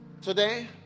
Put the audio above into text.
Today